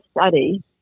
study